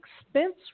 expense